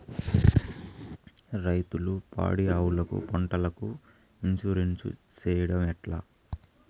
రైతులు పాడి ఆవులకు, పంటలకు, ఇన్సూరెన్సు సేయడం ఎట్లా?